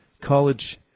College